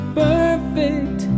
perfect